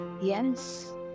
yes